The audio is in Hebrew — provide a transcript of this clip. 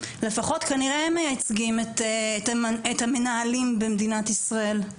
לפחות כנראה הם מייצגים את המנהלים במדינת ישראל.